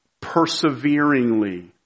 Perseveringly